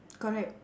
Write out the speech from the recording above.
correct